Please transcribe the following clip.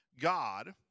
God